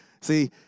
See